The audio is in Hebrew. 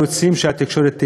רוצים שהתקשורת תהיה.